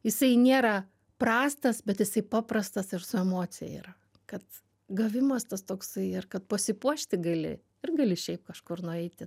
jisai nėra prastas bet jisai paprastas ir su emocija yra kad gavimas tas toksai ar kad pasipuošti gali ir gali šiaip kažkur nueiti